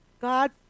God